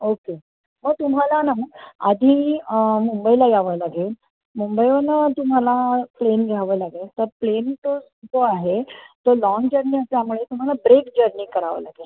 okay मग तुम्हाला ना आधी मुंबईला यावं लागेल मुंबईवरून तुम्हाला प्लेन घ्यावं लागेल तर प्लेन तो जो आहे तो लॉन्ग जर्नी असल्यामुळे तुम्हाला ब्रेक जर्नी करावं लागेल